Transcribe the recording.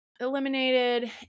eliminated